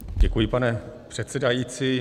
Děkuji, pane předsedající.